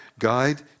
guide